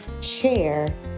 share